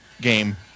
game